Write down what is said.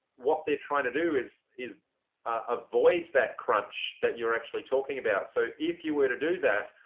what they're trying to do is is avoid that crunch that you're actually talking about. so if you were to do that,